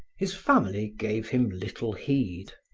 his family gave him little heed.